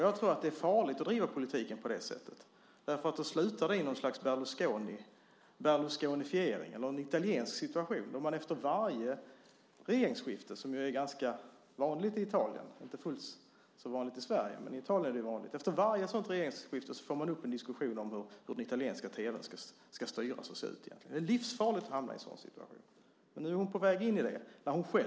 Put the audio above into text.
Jag tror att det är farligt att driva politiken på det sättet därför att det då slutar i ett slags Berlusconifiering, i en italiensk situation där man efter varje regeringsskifte - som ju är ganska vanligt i Italien men inte fullt så vanligt i Sverige - får en diskussion om hur italiensk tv ska styras och se ut. Det är livsfarligt att hamna i en sådan situation. Nu är kulturministern på väg in i det.